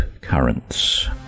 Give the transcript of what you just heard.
Currents